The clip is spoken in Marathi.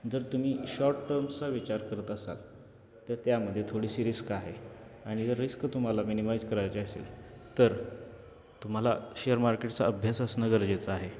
जर तुम्ही शॉर्ट टर्मचा विचार करता असाल तर त्यामध्ये थोडीशी रिस्क आहे आणि जर रिस्क तुम्हाला मिनिमाइज करायची असेल तर तुम्हाला शेअर मार्केटचा अभ्यास असणं गरजेचं आहे